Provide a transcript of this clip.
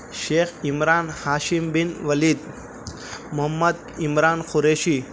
Sheikh Imran Hashim bin Walid Muhammad Imran Qureshi